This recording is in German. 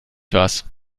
was